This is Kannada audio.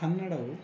ಕನ್ನಡವು